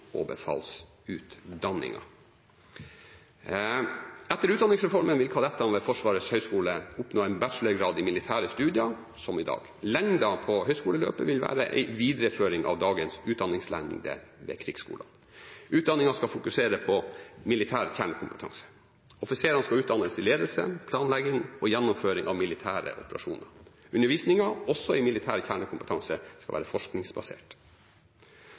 og befalsutdanningen. Etter utdanningsreformen vil kadettene ved Forsvarets høgskole oppnå en bachelorgrad i militære studier, som i dag. Lengden på høyskoleløpet vil være en videreføring av dagens utdanningslengde ved Krigsskolen. Utdanningen skal fokusere på militær kjernekompetanse. Offiserene skal utdannes i ledelse, planlegging og gjennomføring av militære operasjoner. Undervisningen, også i militær kjernekompetanse, skal være forskningsbasert.